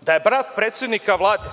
da je brat predsednika Vlade,